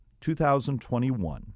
2021